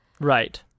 Right